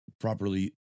properly